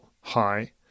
high